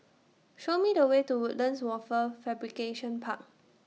Show Me The Way to Woodlands Wafer Fabrication Park